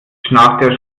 schnarcht